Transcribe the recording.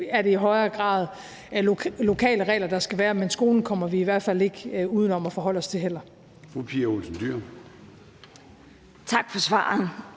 det i højere grad lokale regler, der skal være? Men skolen kommer vi i hvert fald heller ikke uden om at forholde os til. Kl.